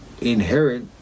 inherit